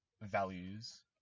values